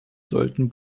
sollten